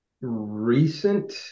recent